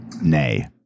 Nay